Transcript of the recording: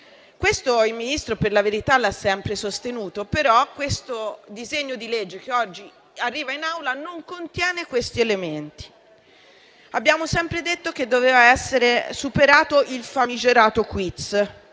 questo il Ministro per la verità l'ha sempre sostenuto, però questo disegno di legge che oggi arriva in Aula non contiene questi elementi. Abbiamo sempre detto che doveva essere superato il famigerato *quiz*: